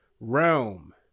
Realm